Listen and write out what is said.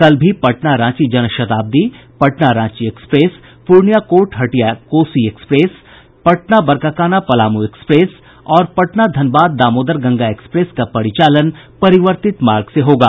कल भी Patna Ranchi Janshatabdi Patna Ranchi express Purnia court Hatia Kosi express Patna Barkakana Palamu express और पटना धनबाद दामोदर गंगा एक्सप्रेस का परिचालन परिवर्तित मार्ग से होगा